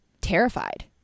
terrified